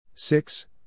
Six